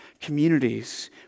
communities